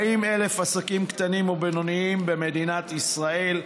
40,000, עסקים קטנים ובינוניים במדינת ישראל.